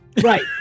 Right